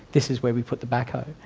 this is where we put the backhoe.